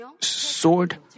sword